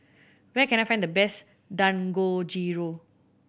where can I find the best Dangojiru